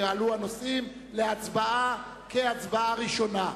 יעלו הנושאים להצבעה כקריאה ראשונה,